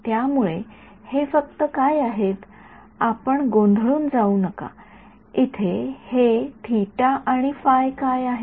त्यामुळे हे फक्त काय आहेत आपण गोंधळून जाऊ नका इथे हे आणि काय आहेत